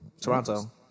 Toronto